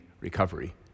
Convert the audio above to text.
recovery